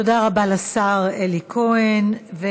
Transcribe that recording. תודה רבה לשר אלי כהן.